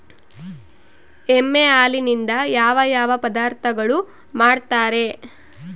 ಎಮ್ಮೆ ಹಾಲಿನಿಂದ ಯಾವ ಯಾವ ಪದಾರ್ಥಗಳು ಮಾಡ್ತಾರೆ?